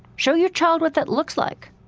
show your child what that looks like,